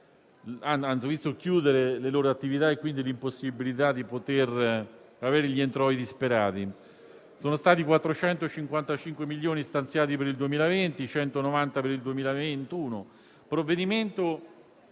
hanno visto chiudere le loro attività con l'impossibilità di poter avere gli introiti sperati. Sono stati stanziati 455 milioni per il 2020, 190 per il 2021.